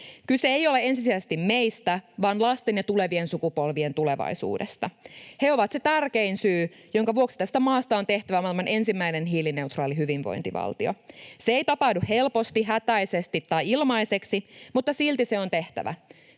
Kyse ei ole ensisijaisesti meistä vaan lasten ja tulevien sukupolvien tulevaisuudesta. He ovat se tärkein syy, jonka vuoksi tästä maasta on tehtävä maailman ensimmäinen hiilineutraali hyvinvointivaltio. Se ei tapahdu helposti, hätäisesti tai ilmaiseksi, mutta silti se on tehtävä.